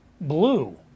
Blue